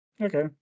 Okay